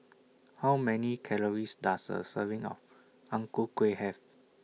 How Many Calories Does A Serving of Ang Ku Kueh Have